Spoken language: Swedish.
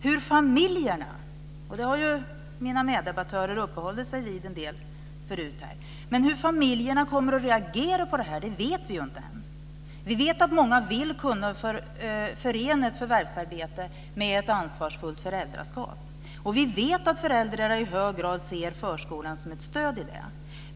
Hur familjerna kommer att reagera på detta - det har ju mina meddebattörer uppehållit sig en del vid - vet vi inte ännu. Vi vet att många vill kunna förena förvärvsarbete med ett ansvarsfullt föräldraskap. Vi vet att föräldrarna i hög grad ser förskolan som ett stöd i detta.